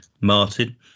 Martin